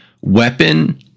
weapon